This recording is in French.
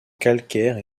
calcaire